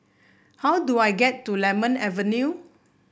how do I get to Lemon Avenue